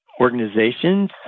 organizations